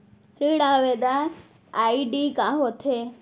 ऋण आवेदन आई.डी का होत हे?